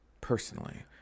personally